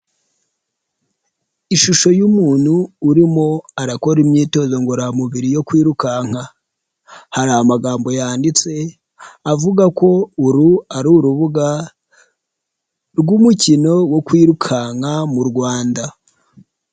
Ishusho y'umuntu urimo arakora imyitozo ngororamubiri yo kwirukanka, hari amagambo yanditse avuga ko uru ari urubuga rw'umukino wo kwirukanka mu Rwanda.